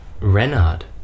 Renard